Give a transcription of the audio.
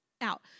out